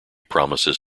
promises